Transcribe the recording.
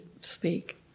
speak